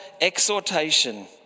exhortation